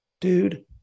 dude